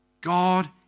God